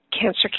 Cancer